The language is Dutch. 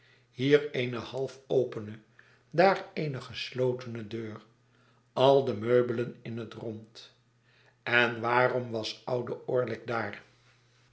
hier eene half opene daar eene geslotene deur al de meubelen in het rond en waarom was oude orlick daar